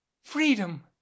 freedom